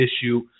issue